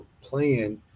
playing